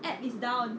app~ is down